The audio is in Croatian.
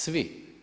Svi.